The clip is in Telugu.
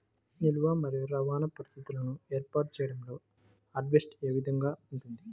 నిల్వ మరియు రవాణా పరిస్థితులను ఏర్పాటు చేయడంలో హార్వెస్ట్ ఏ విధముగా ఉంటుంది?